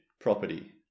property